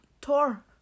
tour